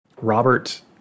Robert